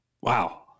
Wow